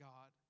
God